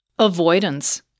Avoidance